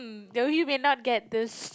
mm though you may not get this